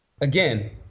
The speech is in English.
again